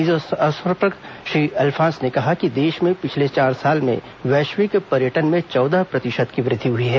इस अवसर पर श्री अल्फांस ने कहा कि देश में पिछले चार साल में वैश्विक पर्यटन में चौदह प्रतिशत् की वृद्धि हुई है